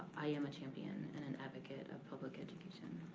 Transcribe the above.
i am a champion and and advocate of public education.